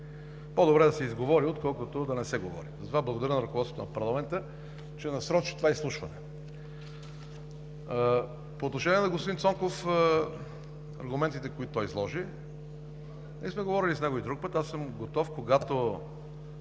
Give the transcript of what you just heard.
По-добре е да се изговори, отколкото да не се говори. Затова благодаря на ръководството на парламента, че насрочи това изслушване. По отношение на господин Цонков, аргументите, които той изложи. Ние сме говорили с него и друг път. Аз съм готов, когато